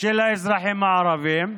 של האזרחים הערבים.